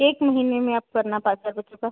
एक महीने में आप करना हो चुका